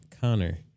Connor